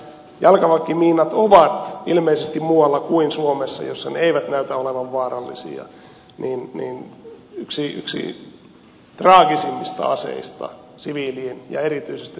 jalkaväkimiinat ovat ilmeisesti muualla kuin suomessa jossa ne eivät näytä olevan vaarallisia yksi traagisimmista aseista siviilien ja erityisesti lasten kannalta